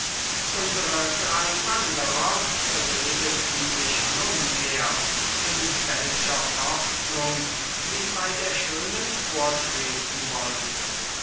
unsere drei wanderer beredeten sich nunmehr in welcher ordnung sie bei der schönen vortreten wollten